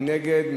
מי נגד?